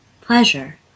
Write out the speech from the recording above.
pleasure